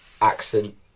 accent